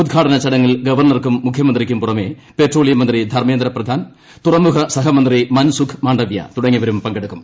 ഉദ്ഘാടന ചടങ്ങിൽ ഗവർണർക്കും മുഖ്യമന്ത്രിക്കും പുറമെ പെട്രോളിയം മന്ത്രി ധർമേന്ദ്രപ്രധാൻ തുറമുഖ സഹമന്ത്രി മൻസുഖ് മാണ്ഡവ്യ തുടങ്ങിയവരും പങ്കെടുക്കും